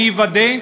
מי יוודא?